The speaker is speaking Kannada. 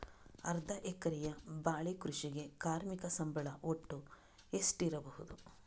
ಅರ್ಧ ಎಕರೆಯ ಬಾಳೆ ಕೃಷಿಗೆ ಕಾರ್ಮಿಕ ಸಂಬಳ ಒಟ್ಟು ಎಷ್ಟಿರಬಹುದು?